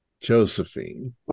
Josephine